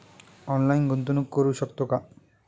Online गुंतवणूक करू शकतो का?